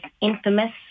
infamous